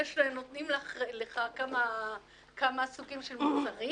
הם נותנים לך כמה סוגים של מוצרים